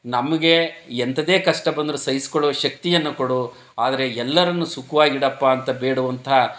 ನಮಗೆ ಎಂಥದೇ ಕಷ್ಟ ಬಂದರೂ ಸಹಿಸಿಕೊಳುವ ಶಕ್ತಿಯನ್ನು ಕೊಡು ಆದರೆ ಎಲ್ಲರನ್ನೂ ಸುಖವಾಗಿಡಪ್ಪ ಅಂತ ಬೇಡುವಂತಹ